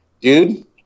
dude